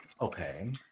Okay